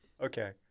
Okay